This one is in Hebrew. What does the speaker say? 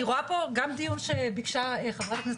אני רואה פה גם דיון שביקשה חברת הכנסת